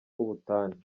ubutane